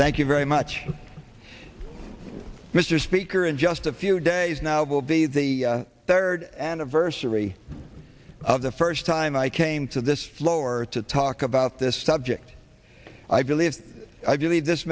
thank you very much mr speaker and just a few days now will be the third anniversary of the first time i came to this flow or to talk about this subject i believe i believe this